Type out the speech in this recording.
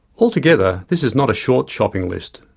altogether, this is not a short shopping list,